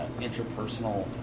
interpersonal